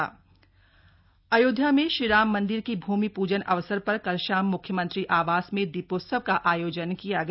दीपोत्सव CM आवास अयोध्या में श्रीराम मन्दिर की भूमि पूजन अवसर पर कल शाम म्ख्यमंत्री आवास में दीपोत्सव का आयोजन किया गया